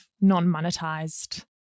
non-monetized